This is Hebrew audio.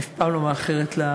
אני אף פעם לא מאחרת למליאה,